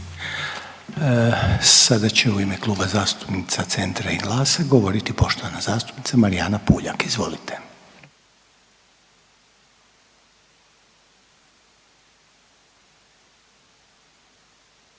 Sada će u ime Kluba zastupnica Centra i GLAS-a govoriti poštovana zastupnica Marijana Puljak. Izvolite.